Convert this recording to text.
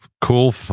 cool